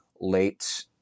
late